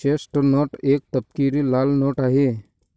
chestnut एक तपकिरी लाल नट आहे